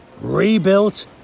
rebuilt